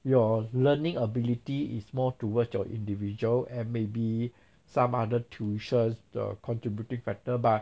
your learning ability is more towards your individual and maybe some other tuitions the contributing factor but